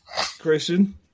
Christian